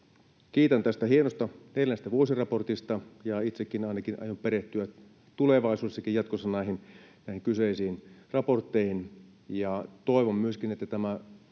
Kiitän tästä hienosta neljännestä vuosiraportista, ja itsekin ainakin aion perehtyä tulevaisuudessakin näihin kyseisiin raportteihin. Toivon myöskin, että tämä